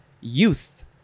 youth